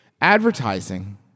Advertising